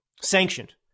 sanctioned